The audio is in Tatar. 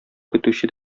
көтүче